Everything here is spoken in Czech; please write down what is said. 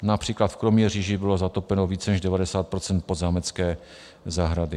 Například v Kroměříži bylo zatopeno více než 90 % Podzámecké zahrady.